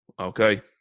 Okay